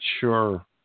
sure